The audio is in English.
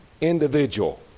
individual